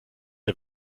der